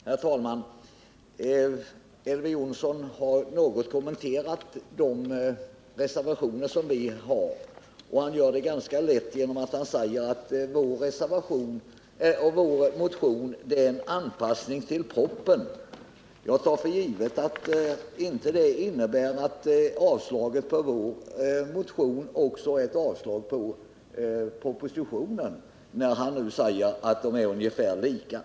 Herr talman! Elver Jonsson har något kommenterat våra reservationer, och han gör det ganska lätt för sig genom att säga att vår motion är en anpassning till propositionen. Jag tar för givet att hans avstyrkande av vår motion då inte också betyder ett avstyrkande av propositionens förslag, trots att han nu säger att deras innebörd är ungefär likartad.